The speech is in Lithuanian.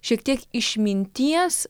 šiek tiek išminties